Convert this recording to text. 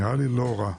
נראה לי לא רע,